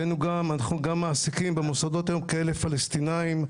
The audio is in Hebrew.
אנחנו גם מעסיקים במוסדות היום עובדים פלסטיניים.